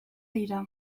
dira